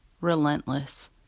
relentless